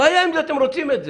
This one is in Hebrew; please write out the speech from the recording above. הבעיה אם אתם רוצים את זה.